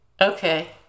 Okay